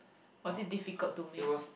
was it difficult to make